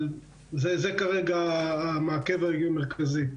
אבל זה כרגע המעכב המרכזי,